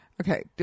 Okay